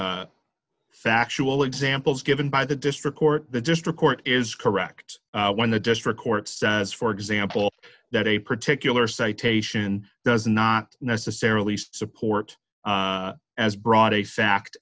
factual examples given by the district court the district court is correct when the district court says for example that a particular citation does not necessarily support as broad a fact